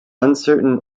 uncertain